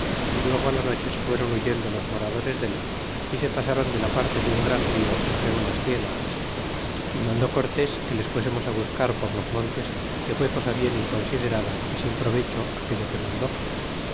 y luego la noche se fueron huyendo los moradores dél y se pasáron de la parte de un gran rio entre unas cienagas y mandó cortés que les fuesemos buscar por los montes que fué cosa bien inconsiderada é sin provecho aquello que mandó